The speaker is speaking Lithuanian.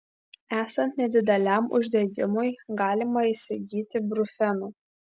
esant nedideliam uždegimui galima įsigyti brufeno